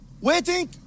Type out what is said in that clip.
waiting